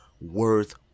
worth